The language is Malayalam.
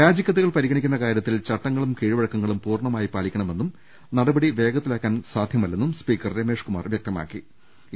രാജിക്കത്തുകൾ പരിഗണിക്കുന്ന കാര്യത്തിൽ ചട്ടങ്ങളും കീഴ്വഴക്ക ങ്ങളും പൂർണമായി പാലിക്കണമെന്നും ഈ നടപടി വേഗത്തിലാക്കാൻ സാധ്യമല്ലെന്നും സ്പീക്കർ രമേഷ് കുമാർ വ്യക്തമാക്കിയിരുന്നു